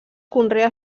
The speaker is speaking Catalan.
conrea